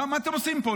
מה אתם עושים פה?